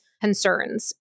concerns